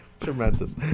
Tremendous